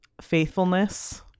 faithfulness